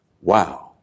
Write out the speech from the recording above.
Wow